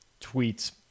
tweets